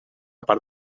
part